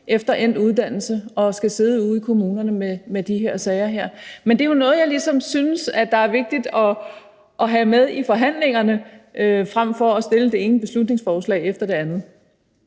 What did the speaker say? efter endt uddannelse og skal sidde ude i kommunerne med de her sager? Men det er jo noget, jeg synes er vigtigt at have med i forhandlingerne, frem for at fremsætte det ene beslutningsforslag efter det andet.